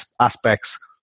aspects